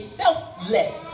selfless